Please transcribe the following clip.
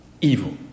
evil